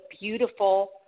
beautiful